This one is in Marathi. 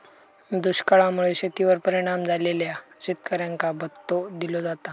दुष्काळा मुळे शेतीवर परिणाम झालेल्या शेतकऱ्यांका भत्तो दिलो जाता